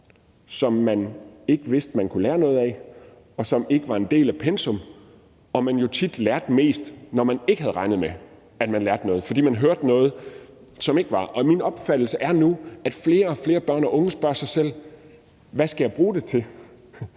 som man ikke vidste man kunne lære noget af, og som ikke var en del af pensum, og at man jo tit lærte mest, når man ikke havde regnet med, at man lærte noget, fordi man hørte noget, som ikke var obligatorisk. Og min opfattelse er nu, at flere og flere børn og unge spørger sig selv: Hvad skal jeg bruge det til?